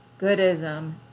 goodism